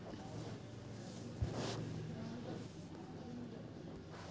NBFC द्वारे कर्ज काढण्यासाठी ऑनलाइन अर्ज कसा करावा?